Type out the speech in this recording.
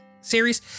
series